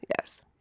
Yes